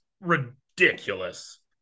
ridiculous